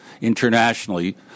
internationally